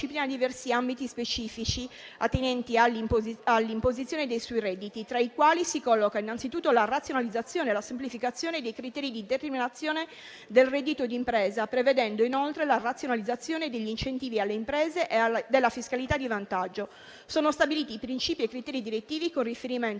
diversi ambiti specifici attinenti all'imposizione sui redditi, tra i quali si colloca innanzitutto la razionalizzazione e la semplificazione dei criteri di determinazione del reddito d'impresa prevedendo inoltre la razionalizzazione degli incentivi alle imprese e della fiscalità di vantaggio; sono stabiliti principi e criteri direttivi con riferimento